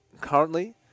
currently